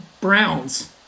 Browns